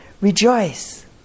Rejoice